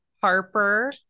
Harper